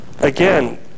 again